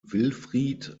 wilfried